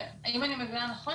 אם אני מבינה נכון,